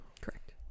Correct